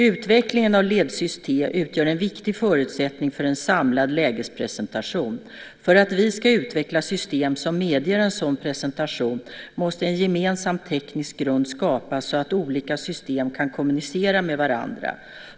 Utvecklingen av Ledsyst T utgör en viktig förutsättning för en samlad lägespresentation. För att vi ska utveckla system som medger en sådan presentation måste en gemensam teknisk grund skapas så att olika system kan kommunicera med varandra.